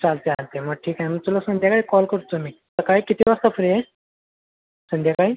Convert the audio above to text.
चालतं आहे चालतं आहे मग ठीक आहे मी तुला संध्याकाळी कॉल करतो मी सकाळी किती वाजता फ्री आहेस संध्याकाळी